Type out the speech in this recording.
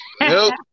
Nope